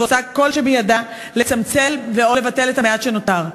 ועושה ככל שבידה לצמצם ו/או לבטל את המעט שנותר.